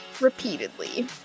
repeatedly